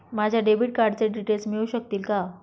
माझ्या डेबिट कार्डचे डिटेल्स मिळू शकतील का?